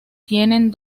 tienen